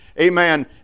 Amen